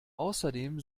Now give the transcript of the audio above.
außerdem